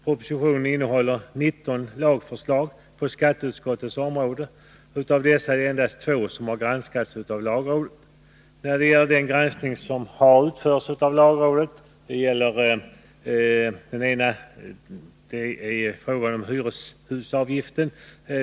Propositionen innehåller 19 lagförslag på skatteutskottets område, men av dessa är det endast två som har granskats av lagrådet. Det ena är frågan om hyreshusavgiften.